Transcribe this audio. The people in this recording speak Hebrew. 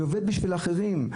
אני עובד בשביל אחרים.